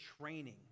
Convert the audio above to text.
training